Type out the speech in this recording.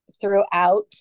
Throughout